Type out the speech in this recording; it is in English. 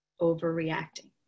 overreacting